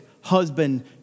husband